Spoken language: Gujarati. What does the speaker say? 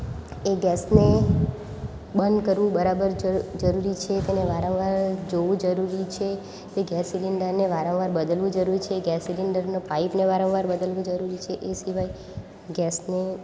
એ ગેસને બંધ કરવું બરાબર છે જરૂરી છે તેને વારંવાર જોવું જરૂરી છે કે ગેસ સિલેન્ડરને વારંવાર બદલવું જરૂરી છે ગેસ સિલેન્ડરને પાઇપને વારંવાર બદલવું જરૂરી છે એ સિવાય ગેસને